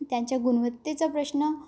त्यांच्या गुणवत्तेचा प्रश्न